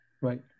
right